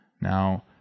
Now